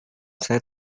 saya